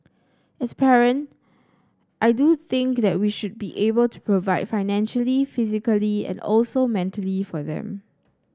as parent I do think that we should be able to provide financially physically and also mentally for them